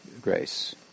grace